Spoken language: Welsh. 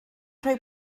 rhoi